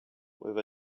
with